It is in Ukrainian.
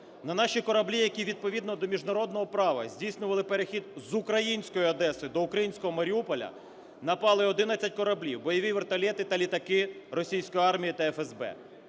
На наші кораблі, які відповідно до міжнародного права здійснювали перехід з української Одеси до українського Маріуполя, напали 11 кораблів, бойові вертольоти та літаки російської армії та ФСБ.